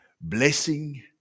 blessing